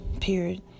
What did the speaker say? period